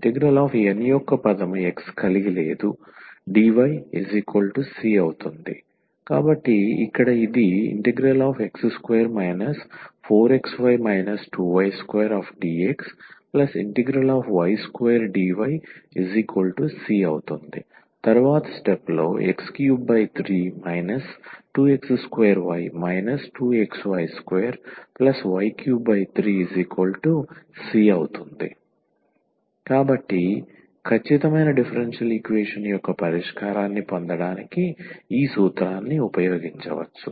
MdxN యొక్క పదం x కలిగి లేదుdyc కాబట్టి ఇక్కడ ఇది x2 4xy 2y2dxy2dyc ⟹x33 2x2y 2xy2y33c కాబట్టి ఖచ్చితమైన డిఫరెన్షియల్ ఈక్వేషన్ యొక్క పరిష్కారాన్ని పొందడానికి ఈ సూత్రాన్ని ఉపయోగించవచ్చు